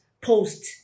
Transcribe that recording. post